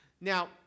Now